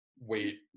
wait